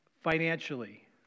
Financially